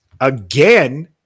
again